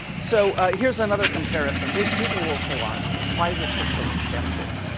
so here's another comparison. people will say, why why is this book so expensive?